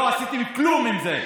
לא עשיתם כלום עם זה.